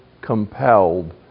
compelled